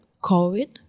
COVID